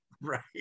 Right